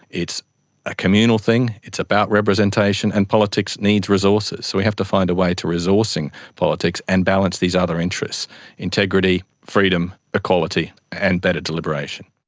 it's a communal thing, it's about representation, and politics needs resources. so we have to find a way to resourcing politics and balance these other interests integrity, freedom, equality and better deliberation.